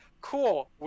cool